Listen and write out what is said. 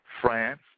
France